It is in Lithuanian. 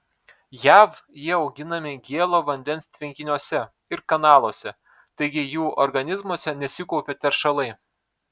jav jie auginami gėlo vandens tvenkiniuose ir kanaluose taigi jų organizmuose nesikaupia teršalai